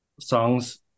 songs